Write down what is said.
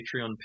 Patreon